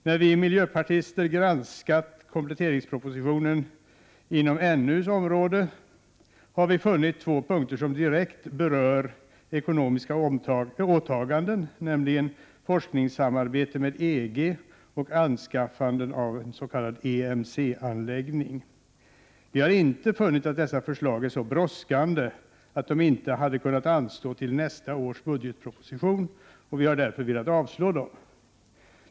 När vi miljöpartister granskat kompletteringspropositionens förslag inom näringsutskottets område har vi funnit att två punkter direkt berör ekonomis s.k. EMC-anläggning. Vi har inte funnit att dessa förslag är så brådskande att de ej hade kunnat anstå till nästa års budgetproposition, och vi har därför velat avstyrka dem.